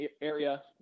area